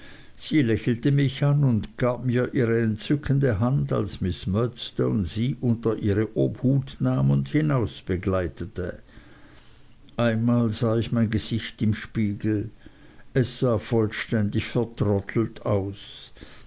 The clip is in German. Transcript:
sie lächelte mich an und gab mir ihre entzückende hand als miß murdstone sie unter ihre obhut nahm und hinausbegleitete einmal sah ich mein gesicht im spiegel es sah vollständig vertrottelt aus